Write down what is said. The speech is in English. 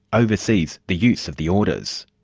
oversees the use of the orders.